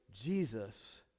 Jesus